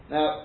Now